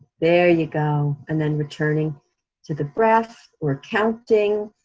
there you go, and then, returning to the breath or counting.